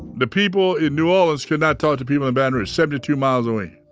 the people in new orleans could not talk to people in baton rouge. seventy two miles away.